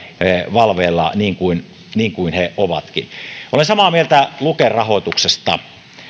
valveilla niin kuin niin kuin he ovatkin olen samaa mieltä luken rahoituksesta